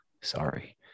sorry